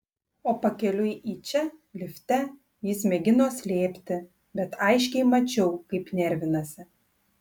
o pakeliui į čia lifte jis mėgino slėpti bet aiškiai mačiau kaip nervinasi